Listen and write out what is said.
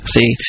See